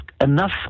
enough